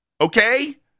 Okay